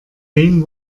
wen